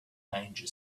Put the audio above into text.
danger